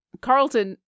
Carlton